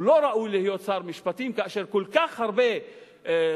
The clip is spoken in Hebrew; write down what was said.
הוא לא ראוי להיות שר משפטים אם כל כך הרבה חוקים